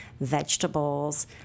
vegetables